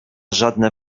żadne